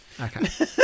Okay